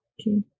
Okay